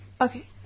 Okay